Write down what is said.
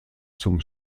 zum